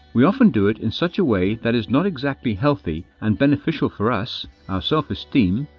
we often do it in such a way that is not exactly healthy and beneficial for us, our self-esteem,